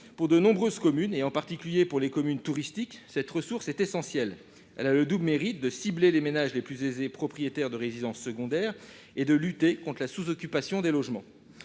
Pour de nombreuses communes pourtant, en particulier pour les communes touristiques, cette ressource est essentielle. Elle a le double mérite de cibler les ménages les plus aisés propriétaires de résidences secondaires et de lutter contre la sous-occupation des logements.